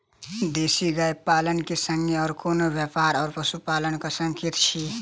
देसी गाय पालन केँ संगे आ कोनों व्यापार वा पशुपालन कऽ सकैत छी?